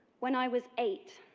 when i was eight.